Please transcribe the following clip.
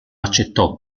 accettò